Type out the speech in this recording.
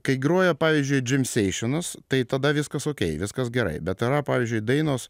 kai groja pavyzdžiui džimseišenas tai tada viskas o kai viskas gerai bet yra pavyzdžiui dainos